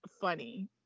funny